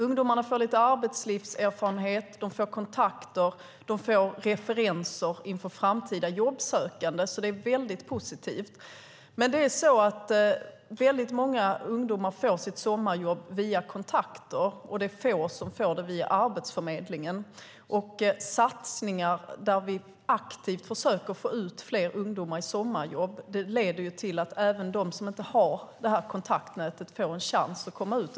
Ungdomarna får lite arbetslivserfarenhet, de får kontakter och de får referenser inför framtida jobbsökande. Det är väldigt positivt. Många ungdomar får sitt sommarjobb via kontakter. Få ungdomar får det via Arbetsförmedlingen. Satsningar där vi aktivt försöker få ut fler ungdomar i sommarjobb leder till att även de som inte har kontaktnätet får en chans att komma ut.